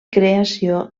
creació